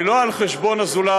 היא לא על חשבון הזולת,